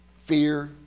fear